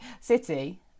city